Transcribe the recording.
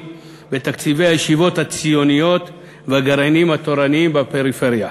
בתקציבי הישיבות הציוניות והגרעינים התורניים בפריפריה.